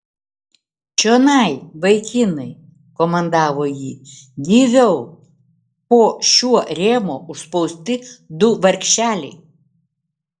čionai vaikinai komandavo ji gyviau po šiuo rėmo užspausti du vargšeliai